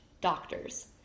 doctors